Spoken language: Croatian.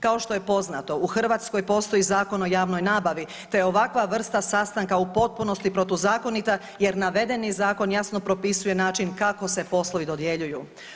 Kao što je poznato u Hrvatskoj postoji Zakon o javnoj nabavi te je ovakva vrsta sastanka u potpunosti protuzakonita jer navedeni zakon jasno propisuje način kako se poslovi dodjeljuju.